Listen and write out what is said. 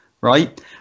right